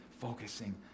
focusing